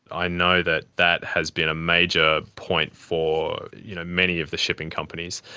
i know that that has been a major point for you know many of the shipping companies.